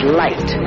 light